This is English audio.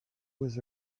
was